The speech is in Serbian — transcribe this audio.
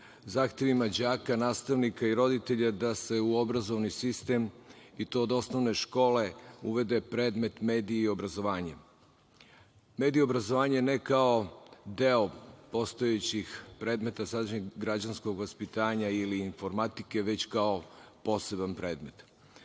zahtevima đaka, nastavnika i roditelja da se u obrazovni sistem, i to od osnovne škole, uvede predmet mediji i obrazovanje? Mediji i obrazovanje ne kao deo postojećih predmeta građanskog vaspitanja ili informatike, već kao poseban predmet. Medijska